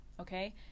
okay